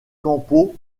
campo